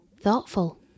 Thoughtful